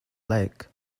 lake